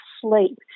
sleep